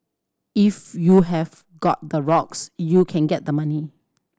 if you have got the rocks you can get the money